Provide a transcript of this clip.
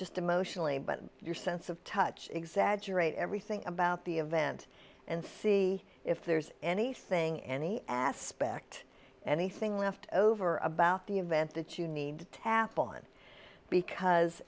just emotionally but your sense of touch exaggerate everything about the event and see if there's anything any aspect anything left over about the event that you need to tap on because